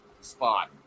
spot